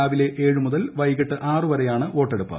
രാവിലെ ഏഴ് മുതൽ വൈകിട്ട് ആറ് വരെയാണ് വോട്ടെടുപ്പ്